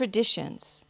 traditions